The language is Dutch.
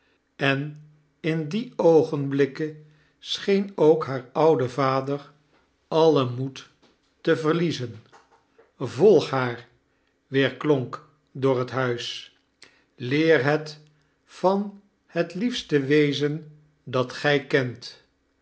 en in die oogenblikken echeen ook haair oudie vadeir alien moed te verliezen volg haar weerklonk door het huis leer het van het liefste wezen dat gij kent